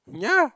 ya